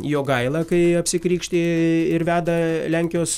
jogaila kai apsikrikšty ir veda lenkijos